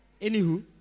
Anywho